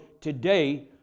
today